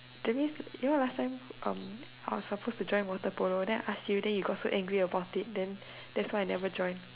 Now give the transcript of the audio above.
that means you know last time I was supposed to join water polo then I ask you then you got so angry about it then that's why I never join